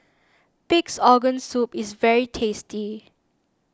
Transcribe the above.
Pig's Organ Soup is very tasty